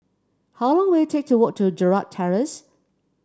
how long will it take to walk to Gerald Terrace